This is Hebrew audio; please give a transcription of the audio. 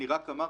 אני רק אמרתי,